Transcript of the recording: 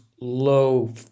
low